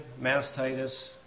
mastitis